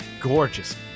gorgeous